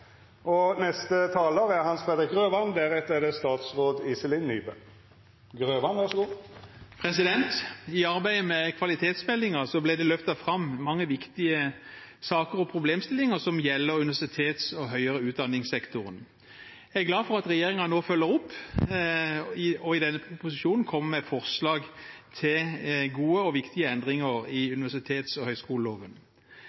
I arbeidet med kvalitetsmeldingen ble det løftet fram mange viktige saker og problemstillinger som gjelder universitets- og høyere utdanningssektoren. Jeg er glad for at regjeringen nå følger opp og i denne proposisjonen kommer med forslag til gode og viktige endringer i